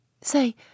Say